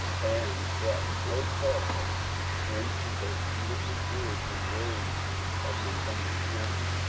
and brought no horrors into those beautiful woods and roads of montgomery county.